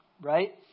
right